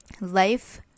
Life